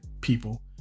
people